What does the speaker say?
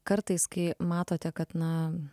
kartais kai matote kad na